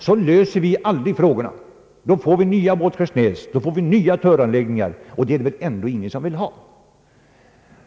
Annars får vi nya fall av typen Båtskärsnäs och Töre vilket väl ändå ingen önskar.